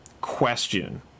question